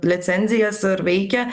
licenzijas ir veikia